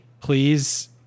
please